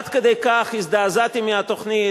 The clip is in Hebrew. עד כדי כך הזדעזעתי מהתוכנית,